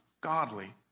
godly